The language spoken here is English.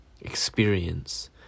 experience